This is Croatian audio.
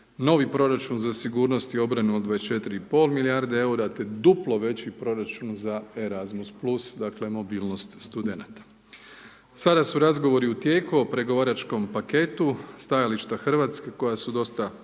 Novi proračun za sigurnost i obranu od 24 i pol milijarde EUR-a, te duplo veći proračun za e-razmus plus, dakle, mobilnost studenata. Sada su razgovori u tijeku o pregovaračkom paketu stajališta Hrvatske koja su dosta